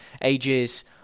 ages